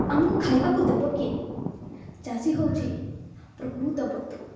ଆମକୁ ଖାଇବାକୁ ଦେବ କିଏ ଚାଷୀ ହେଉଛି ପ୍ରକୃତ ବନ୍ଧୁ